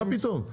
מה פתאום?